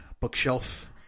bookshelf